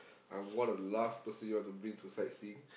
I'm one of the last person you want to bring to sightseeing